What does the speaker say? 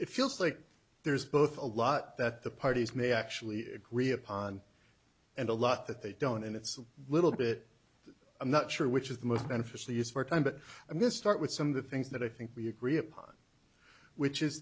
feels like there's both a lot that the parties may actually agree upon and a lot that they don't and it's a little bit i'm not sure which is the most beneficial use for time but i'm going to start with some of the things that i think we agree upon which is